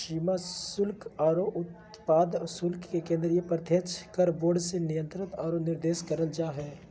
सीमा शुल्क आरो उत्पाद शुल्क के केंद्रीय प्रत्यक्ष कर बोर्ड से नियंत्रण आरो निर्देशन करल जा हय